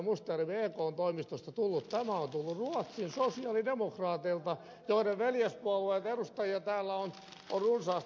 tämä on tullut ruotsin sosialidemokraateilta joiden veljespuolueen edustajia täällä on runsaasti paikalla